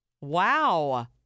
Wow